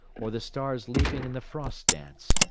or the stars leaping in the frost dance,